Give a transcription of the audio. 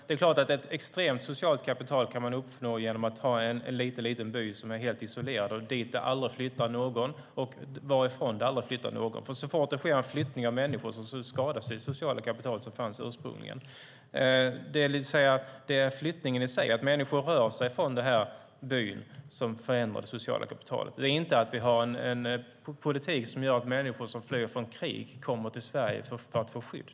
Ett extremt socialt kapital kan man uppnå genom att ha en liten isolerad by som det aldrig flyttar någon till eller från, för så fort det sker en flyttning av människor skadas det sociala kapital som ursprungligen fanns. Det är att människor rör sig till och från byn som förändrar det sociala kapitalet, inte att vi har en politik som gör att människor flyr från krig till Sverige för att få skydd.